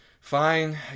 fine